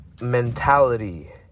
mentality